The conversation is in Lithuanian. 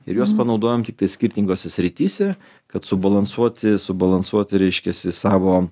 ir juos panaudojom tiktai skirtingose srityse kad subalansuoti subalansuoti reiškiasi į savo